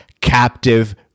captive